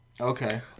Okay